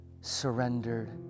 surrendered